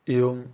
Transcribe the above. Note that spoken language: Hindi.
एवम